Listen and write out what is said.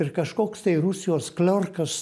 ir kažkoks tai rusijos kliorkas